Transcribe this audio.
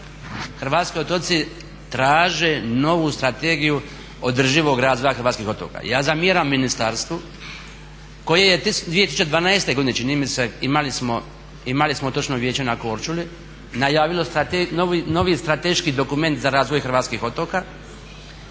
Hrvatski otoci traže novu Strategiju održivog razvoja hrvatskih otoka. Ja zamjeram ministarstvu koje je 2012. godine, čini mi se, imali smo točno vijeće na Korčuli, najavilo novi strateški dokument za razvoj hrvatskih otoka.